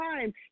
time